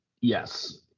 Yes